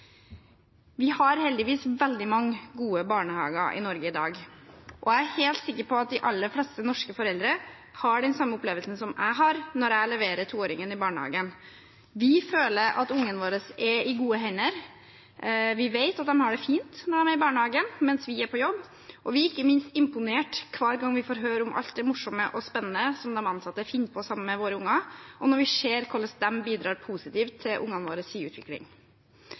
Vi har heldigvis veldig mange gode barnehager i Norge i dag, og jeg er helt sikker på at de aller fleste norske foreldre har den samme opplevelsen som jeg har når jeg leverer toåringen i barnehagen. Vi føler at ungene våre er i gode hender. Vi vet at de har det fint når de er i barnehagen mens vi er på jobb, og vi er ikke minst imponert hver gang vi får høre om alt det morsomme og spennende som de ansatte finner på med sammen med ungene våre, og når vi ser hvordan de bidrar positivt til våre barns utvikling.